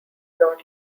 not